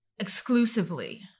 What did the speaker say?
exclusively